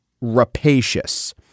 rapacious